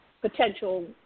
potential